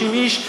30 איש,